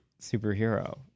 Superhero